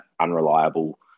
unreliable